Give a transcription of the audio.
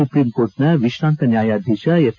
ಸುಪ್ರೀಂಕೋರ್ಟ್ನ ವಿಶಾಂತ ನ್ಯಾಯಾಧೀಶ ಎಫ್